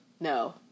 No